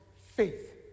faith